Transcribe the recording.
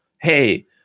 hey